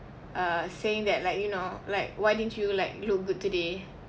uh saying that like you know like why didn't you like look good today